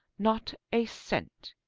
not a cent.